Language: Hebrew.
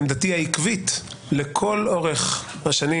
עמדתי העקבית לכל אורך השנים,